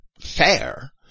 fair